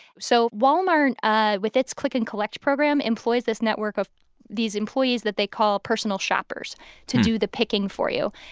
so walmart, ah with its click and collect program, employed this network of these employees that they call personal shoppers to do the picking for you.